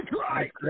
right